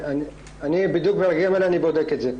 אני בודק את זה.